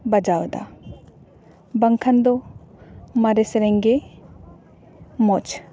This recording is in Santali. ᱵᱟᱡᱟᱣ ᱮᱫᱟ ᱵᱟᱝᱠᱷᱟᱱ ᱫᱚ ᱢᱟᱨᱮ ᱥᱮᱨᱮᱧ ᱜᱮ ᱢᱚᱡᱽ